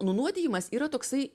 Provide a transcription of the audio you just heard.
nunuodijimas yra toksai